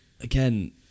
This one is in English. Again